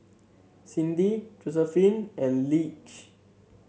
Cindi Josephine and Lige